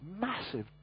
massive